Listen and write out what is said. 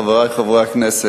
חברי חברי הכנסת,